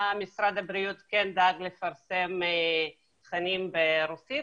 משרד הבריאות כן דאג לפרסם תכנים ברוסית,